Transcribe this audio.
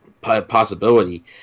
possibility